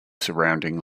surrounding